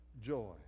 joy